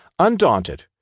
Undaunted